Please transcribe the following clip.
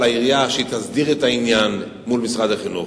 העירייה שהיא תסדיר את העניין עם משרד החינוך,